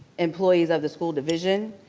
employees of the school division.